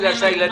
והמבחינה הזאת,